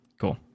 cool